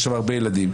יש שם הרבה ילדים.